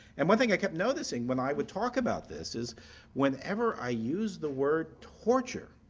and one thing i kept noticing when i would talk about this is whenever i used the word torture,